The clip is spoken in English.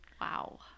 Wow